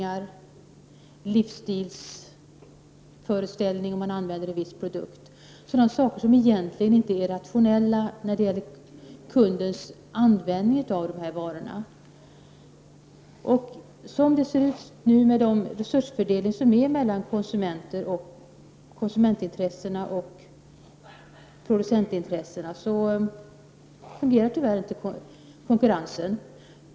Det kan t.ex. gälla modell och färg på hushållsmaskiner, förpackningar och föreställningar om en livsstil där det hör till att man använder en viss produkt. Som det ser ut nu med den resursfördelning som finns mellan konsumentintressen och producentintressen fungerar tyvärr inte konkurrensen.